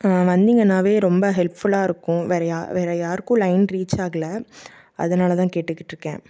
வந்தீங்கன்னாவே ரொம்ப ஹெல்ப்ஃபுல்லாக இருக்கும் வேறு யா வேறு யாருக்கும் லைன் ரீச் ஆகல அதனால தான் கேட்டுக்கிட்டிருக்கேன்